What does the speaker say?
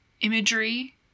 imagery